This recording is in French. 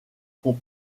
font